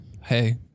hey